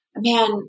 man